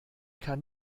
kann